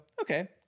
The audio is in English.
okay